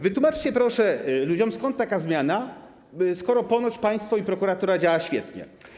Wytłumaczcie proszę ludziom, skąd taka zmiana, skoro ponoć państwo i prokuratura działa świetnie.